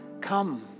Come